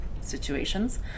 situations